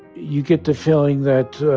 you get the feeling that